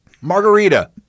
Margarita